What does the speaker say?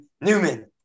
Newman